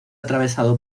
atravesado